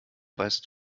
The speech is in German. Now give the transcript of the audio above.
weißt